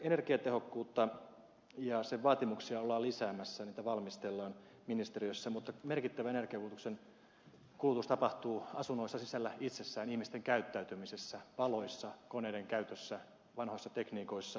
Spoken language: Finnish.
energiatehokkuutta ja sen vaatimuksia ollaan lisäämässä niitä valmistellaan ministeriössä mutta merkittävä energian kulutuksen muutos tapahtuu asunnoissa sisällä itsessään ihmisten käyttäytymisessä valoissa koneiden käytössä vanhoissa tekniikoissa